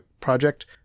project